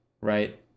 right